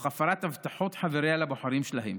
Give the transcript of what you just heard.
תוך הפרת הבטחות חבריה לבוחרים שלהם.